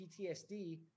PTSD